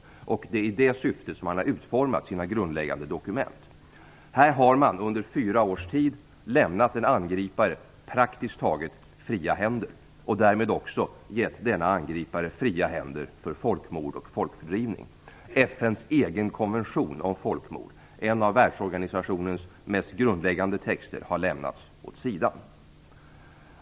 Det är utifrån det syftet som man har utformat sina grundläggande dokument. Här har man under fyra års tid lämnat en angripare praktiskt taget fria händer att utföra folkmord och folkfördrivning. FN:s egen konvention om folkmord, en av världsorganisationens mest grundläggande texter, har lämnats åt sidan.